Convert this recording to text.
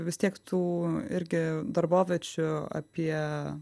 vis tiek tu irgi darboviečių apie